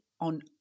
on